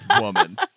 woman